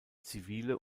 zivile